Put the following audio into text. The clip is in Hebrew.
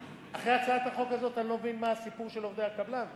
אחרי הצעת החוק הזאת אני לא מבין מה הסיפור של עובדי הקבלן וההסתדרות.